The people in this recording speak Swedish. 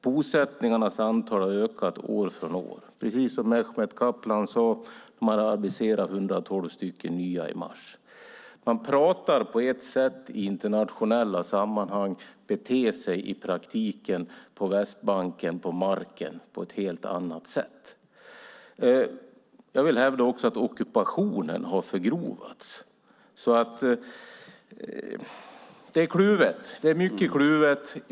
Bosättningarnas antal har ökat från år till år, och precis som Mehmet Kaplan sade har man aviserat 112 nya i mars. Man pratar på ett sätt i internationella sammanhang och beter sig i praktiken - på Västbanken, på marken - på ett helt annat sätt. Jag vill också hävda att ockupationen har förgrovats. Det är alltså kluvet. Det är mycket kluvet.